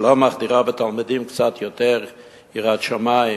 שלא מחדירה בתלמידים קצת יותר יראת שמים,